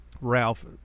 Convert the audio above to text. Ralph